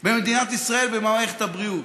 במדינת ישראל במערכת הבריאות.